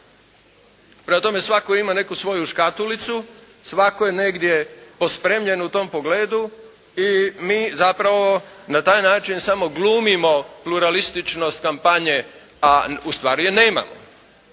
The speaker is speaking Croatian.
Prema tome svatko ima neku svoju škatulicu. Svatko je negdje pospremljen u tom pogledu i mi zapravo na taj način samo glumimo pluralističnost kampanje a ustvari je nemamo.